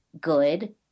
good